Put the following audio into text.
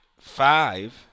five